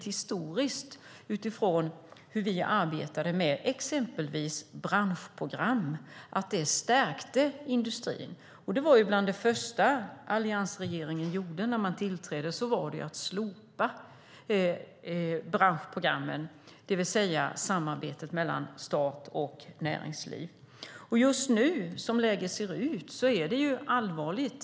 Historiskt sett vet vi att exempelvis de branschprogram som vi arbetade med stärkte industrin. Detta samarbete mellan stat och näringsliv var bland det första som alliansregeringen slopade när den tillträdde. Läget som råder just nu är allvarligt.